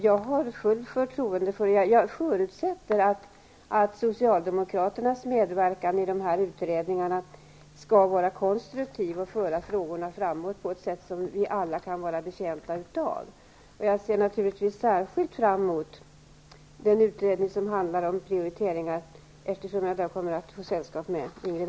Jag har fullt förtroende. Jag förutsätter att Socialdemokraternas medverkan i dessa utredningar skall vara konstruktiv och föra frågorna framåt på ett sätt som vi alla är betjänta av. Jag ser naturligtvis särskilt fram emot den utredning som handlar om prioriteringar, eftersom jag där kommer att få sällskap med Ingrid